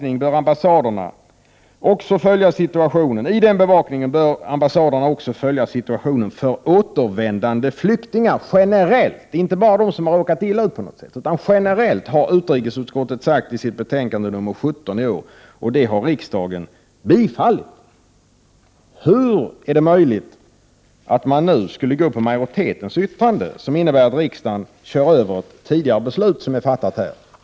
I den bevakningen bör ambassaderna också följa situationen för återvändande flyktingar generellt — inte bara för dem som har råkat illa ut på något sätt utan generellt, har utrikesutskottet sagt i sitt betänkande nr 17 i år, och det har riksdagen bifallit. Hur är det möjligt att man nu skulle gå på majoritetens yttrande, som innebär att riksdagen kör över tidigare beslut?